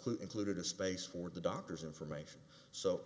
clue included a space for the doctor's information so